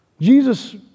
Jesus